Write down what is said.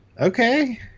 Okay